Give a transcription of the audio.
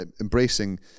embracing